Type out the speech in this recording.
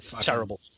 terrible